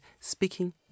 speaking